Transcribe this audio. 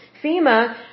FEMA